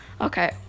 Okay